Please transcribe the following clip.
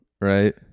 right